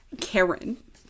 karen